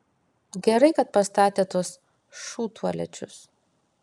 gerai kad pastatė tuos šūdtualečius